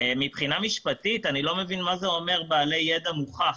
מבחינה משפטית אני לא מבין מה זה אומר בעלי ידע מוכח.